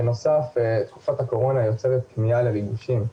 בנוסף תקופת הקורונה יוצרת פנייה לריגושים,